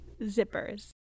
Zippers